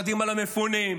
קדימה למפונים.